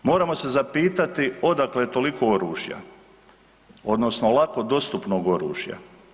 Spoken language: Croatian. Moramo se zapitati odakle toliko oružja odnosno lako dostupnog oružja.